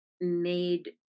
made